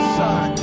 son